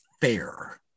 FAIR